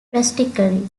drastically